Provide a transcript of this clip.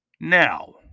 Now